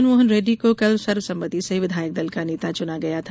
जगनमोहन रेड्डी को कल सर्वसम्मति से विधायक दल का नेता चुना गया था